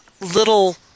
little